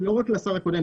לא רק השר הקודם,